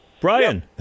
Brian